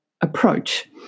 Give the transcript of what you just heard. approach